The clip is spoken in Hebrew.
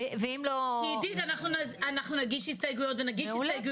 עידית, אנחנו נגיש הסתייגויות ונגיש הסתייגויות.